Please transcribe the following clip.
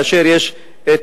היכן שיש מחלפים.